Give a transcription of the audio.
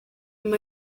mba